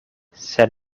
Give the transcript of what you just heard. sed